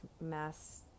mass